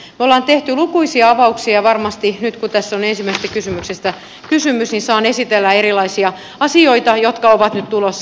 me olemme tehneet lukuisia avauksia ja varmasti nyt kun tässä on ensimmäisestä kysymyksestä kysymys saan esitellä erilaisia asioita jotka ovat nyt tulossa